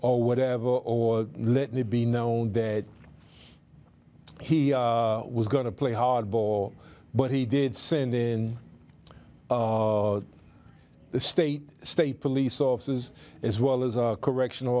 or whatever or let it be known that he was going to play hardball but he did send in the state state police officers as well as correctional